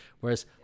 whereas